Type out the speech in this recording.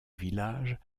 villages